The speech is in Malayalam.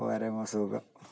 പരമ സുഖം